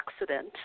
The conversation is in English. accident